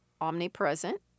omnipresent